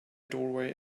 doorway